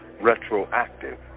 retroactive